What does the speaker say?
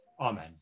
amen